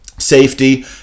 safety